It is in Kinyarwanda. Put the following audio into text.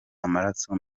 amaraso